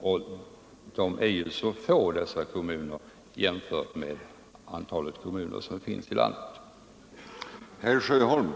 Dessa kommuner är för övrigt 23 oktober 1974 få jämfört med hela antalet kommuner i landet.